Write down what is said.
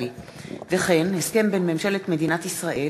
24, הוראת שעה)